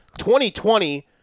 2020